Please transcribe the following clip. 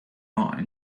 already